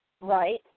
Right